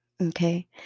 Okay